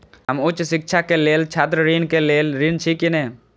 हम उच्च शिक्षा के लेल छात्र ऋण के लेल ऋण छी की ने?